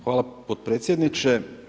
Hvala potpredsjedniče.